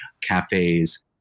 cafes